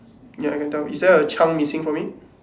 ya I can tell is there a chunk missing from it